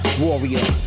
warrior